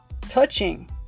touching